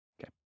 Okay